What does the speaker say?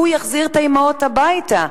הוא יחזיר את האמהות הביתה,